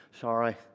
Sorry